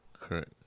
correct